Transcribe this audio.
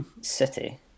City